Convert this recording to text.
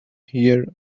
here